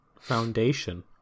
foundation